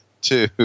two